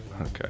Okay